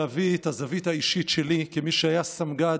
להביא את הזווית האישית שלי כמי שהיה סמג"ד,